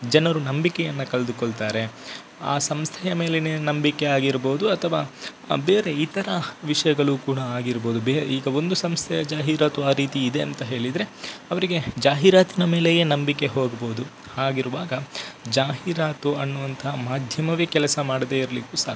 ಜನರು ನಂಬಿಕೆಯನ್ನು ಕಳ್ದುಕೊಳ್ತಾರೆ ಆ ಸಂಸ್ಥೆಯ ಮೇಲಿನ ನಂಬಿಕೆ ಆಗಿರ್ಬೋದು ಅಥವಾ ಬೇರೆ ಇತರ ವಿಷಯಗಳು ಕೂಡ ಆಗಿರ್ಬೋದು ಬೇರೆ ಈಗ ಒಂದು ಸಂಸ್ಥೆಯ ಜಾಹೀರಾತು ಆ ರೀತಿ ಇದೆ ಅಂತ ಹೇಳಿದರೆ ಅವರಿಗೆ ಜಾಹೀರಾತಿನ ಮೇಲೆಯೇ ನಂಬಿಕೆ ಹೋಗ್ಬೋದು ಹಾಗಿರುವಾಗ ಜಾಹೀರಾತು ಅನ್ನುವಂತ ಮಾಧ್ಯಮವೇ ಕೆಲಸ ಮಾಡದೆ ಇರಲಿಕ್ಕು ಸಾಕು